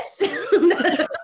yes